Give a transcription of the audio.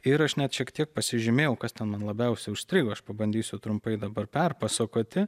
ir aš net šiek tiek pasižymėjau kas ten man labiausiai užstrigo aš pabandysiu trumpai dabar perpasakoti